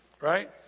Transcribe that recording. Right